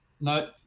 No